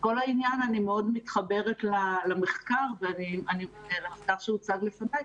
אני מאוד מתחברת למחקר שהוצג בפניכם.